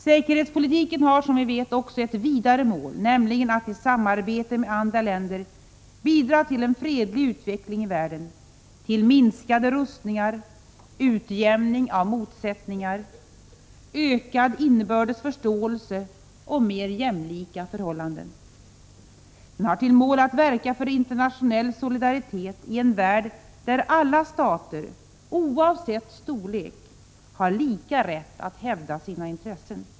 Säkerhetspolitiken har, som vi vet, också ett vidare mål, nämligen att i samarbete med andra länder bidra till en fredlig utveckling i världen, till minskade rustningar, utjämning av motsättningar, ökad inbördes förståelse och mer jämlika förhållanden. Den har till mål att verka för internationell solidaritet i en värld där alla stater, oavsett storlek, har lika rätt att hävda sina intressen.